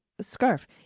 scarf